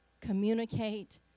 communicate